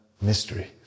mystery